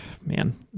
man